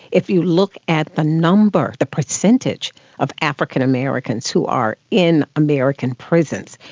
if you look at the number, the percentage of african americans who are in american prisons,